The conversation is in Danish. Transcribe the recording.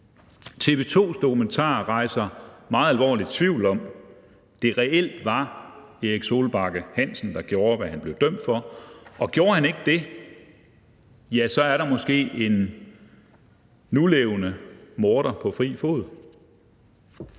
TV 2's dokumentar rejser meget alvorlig tvivl om, hvorvidt det reelt var Erik Solbakke Hansen, der gjorde, hvad han blev dømt for. Og gjorde han ikke det, er der måske en nulevende morder på fri fod.